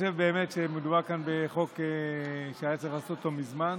חושב שזה משהו שהוא בר-תיקון.